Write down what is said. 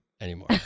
anymore